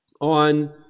on